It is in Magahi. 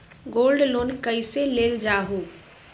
गोल्ड लोन कईसे लेल जाहु?